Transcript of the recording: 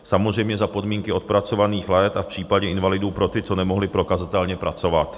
Samozřejmě za podmínky odpracovaných let a v případě invalidů pro ty, co nemohli prokazatelně pracovat.